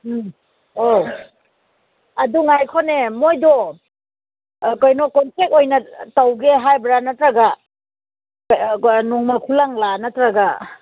ꯎꯝ ꯍꯣꯏ ꯑꯗꯨ ꯉꯥꯏꯈꯣꯅꯦ ꯃꯣꯏꯗꯣ ꯀꯩꯅꯣ ꯀꯣꯟꯇꯦꯛ ꯑꯣꯏꯅ ꯇꯧꯒꯦ ꯍꯥꯏꯕ꯭ꯔꯥ ꯅꯠꯇ꯭ꯔꯒ ꯅꯣꯡꯃ ꯈꯨꯂꯪꯂ ꯅꯠꯇ꯭ꯔꯒ